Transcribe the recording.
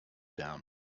down